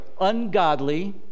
ungodly